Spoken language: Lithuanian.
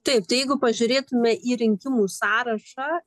taip tai jeigu pažiūrėtume į rinkimų sąrašą